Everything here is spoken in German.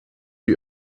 die